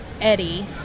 Eddie